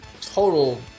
total